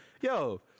Yo